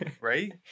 right